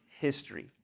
history